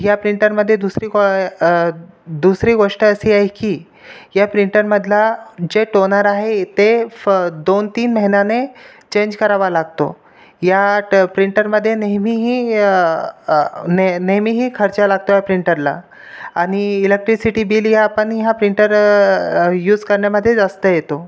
ह्या प्रिंटरमध्ये दुसरी कॉय दुसरी गोष्ट अशी आहे की या प्रिंटरमधला जे टोनर आहे ते फ दोन तीन महिन्याने चेंज करावा लागतो या ट प्रिंटरमध्ये नेहमीही नेह नेहमीही खर्चा लागतो या प्रिंटरला आणि इलेक्ट्रिसिटी बील या पण ह्या प्रिंटर यूस करण्यामध्ये जास्त एतो